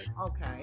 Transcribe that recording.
okay